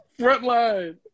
frontline